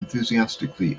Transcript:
enthusiastically